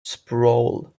sprawl